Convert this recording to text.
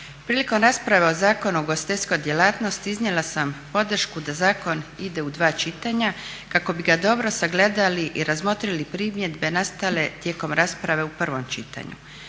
Prilikom rasprave o Zakonu o ugostiteljskoj djelatnosti iznijela sam podršku da zakon ide u dva čitanja kako bi ga dobro sagledali i razmotrili primjedbe nastale tijekom rasprave u prvom čitanju.